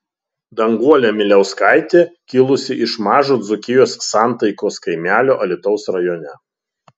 danguolė miliauskaitė kilusi iš mažo dzūkijos santaikos kaimelio alytaus rajone